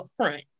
upfront